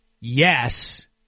yes